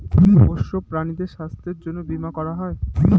পোষ্য প্রাণীদের স্বাস্থ্যের জন্যে বীমা করা হয়